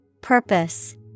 Purpose